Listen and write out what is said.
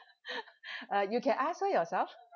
uh you can ask her yourself